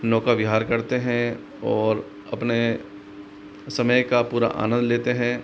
नौकाविहार करते हैं और अपने समय का पूरा आनंद लेते हैं